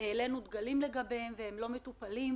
העלינו דגלים לגביהם, אבל הם לא מטופלים.